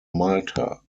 malta